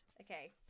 Okay